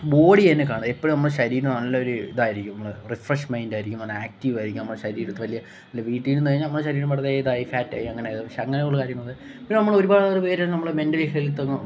body തന്നെ കാണും എപ്പോഴും നമ്മുടെ ശരീരം നല്ല ഒരു ഇതായിരിക്കും നമ്മൾ റിഫ്രെഷ്മൈൻ്റ് ആയിരിക്കും നല്ല ആക്റ്റീവായിരിക്കും നമ്മുടെ ശരീരത്ത് വലിയ അല്ല വീട്ടീരുന്നു കഴിഞ്ഞ് നമ്മുടെ ശരീരം വളരെ ഇതായി ഫാറ്റായി അങ്ങനെ ഇത് പക്ഷെ അങ്ങനെ ഉള്ള കാര്യങ്ങൾ പിന്നെ നമ്മൾ ഒരുപാടൂ പേര് നമ്മൾ മെന്റലി ഹെൽത്തി എന്ന്